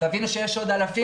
תבינו שיש עוד אלפים כמוני.